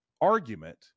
argument